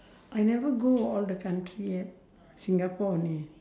I never go all the country yet singapore only